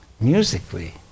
musically